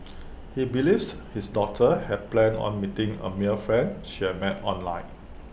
he believes his daughter had planned on meeting A male friend she had met online